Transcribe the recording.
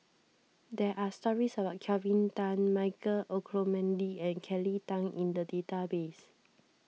there are stories about Kelvin Tan Michael Olcomendy and Kelly Tang in the database